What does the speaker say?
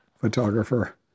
photographer